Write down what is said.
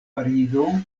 parizo